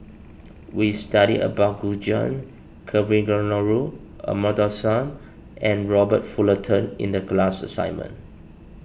we studied about Gu Juan Kavignareru Amallathasan and Robert Fullerton in the class assignment